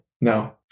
No